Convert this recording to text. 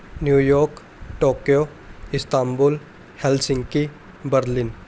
New York Tokyo Istanbul Helsinki Berlin